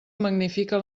magnifica